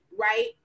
right